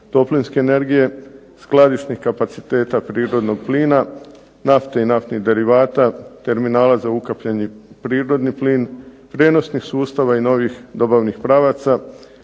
toplinske energije, skladišnih kapaciteta prirodnog plina, nafte i naftnih derivata, terminala za ukapljeni prirodni plin, prijenosnih sustava i novih dobavnih pravaca